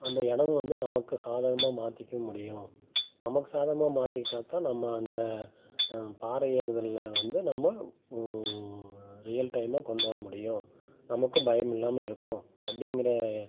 அந்த இடமும் வந்து நமக்கு சாதகமாக மாற்றிக்க முடியும் நமக்கு சாதகமாக மாற்றிக்கிட்டாத்தான் நம்ம அந்த பாறை ஏறுதலில் வந்து நம்ம ரியல் டைமாக கொண்டு வர முடியும் நமக்கு பயமில்லாமல் இருக்கும் அப்படிங்கிற